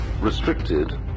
restricted